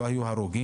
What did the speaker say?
לא היו הרוגים,